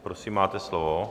Prosím, máte slovo.